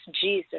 Jesus